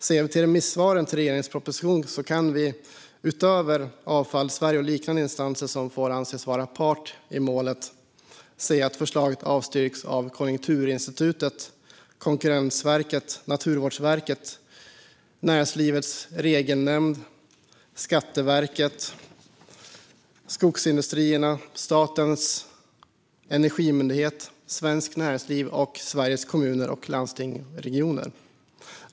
Ser vi till remissvaren på regeringens proposition kan vi utöver Avfall Sverige och liknande instanser, som får anses vara part i målet, se att förslaget avstyrks av Konjunkturinstitutet, Konkurrensverket, Naturvårdsverket, Näringslivets Regelnämnd, Skatteverket, Skogsindustrierna, Statens energimyndighet, Svenskt Näringsliv samt Sveriges Kommuner och Landsting/Regioner.